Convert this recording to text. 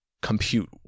compute